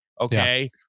Okay